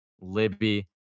Libby